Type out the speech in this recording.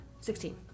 Sixteen